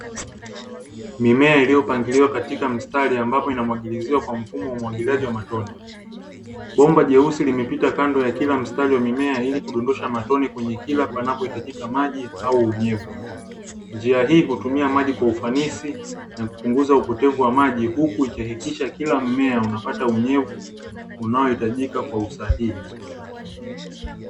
Mimea iliyopangiliwa katika mstari, ambapo inamwagiliziwa kwa mfumo wa umwagiliaji wa matone, bomba jeusi limepita kando ya kila mstari wa mimea ili kudondosha matone kwenye kila panapo hitajika maji au unyevu. Njia hii hutumia maji kwa ufanisi na kupunguza upotevu wa maji, huku ikihakikisha kila mimea unapata unyevu unaohitajika kwa usahihi.